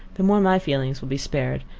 the more my feelings will be spared,